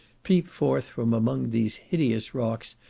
peep forth from among these hideous rocks,